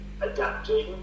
adapting